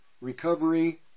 recovery